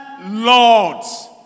Lord's